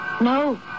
No